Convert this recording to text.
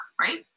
Right